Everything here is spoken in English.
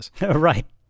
Right